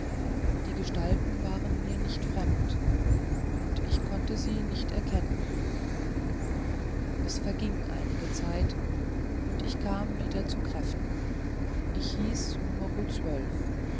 die gestalten waren mir nicht fremd und ich konnte sie nicht erkennen es verging einige zeit und ich kam wieder zu kräften ich hieß numero zwölf